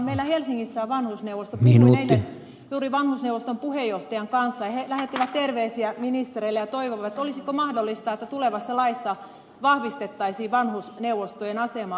meillä helsingissä on vanhusneuvosto puhuin eilen juuri vanhusneuvoston puheenjohtajan kanssa ja he lähettivät terveisiä ministereille ja toivoivat jos mahdollista että tulevassa laissa vahvistettaisiin vanhusneuvostojen asemaa